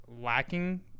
lacking